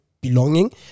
belonging